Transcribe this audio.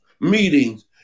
meetings